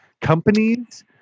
companies